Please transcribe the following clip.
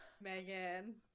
megan